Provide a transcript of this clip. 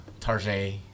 Tarjay